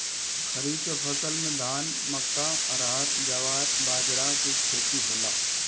खरीफ के फसल में धान, मक्का, अरहर, जवार, बजरा के खेती होला